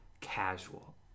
casual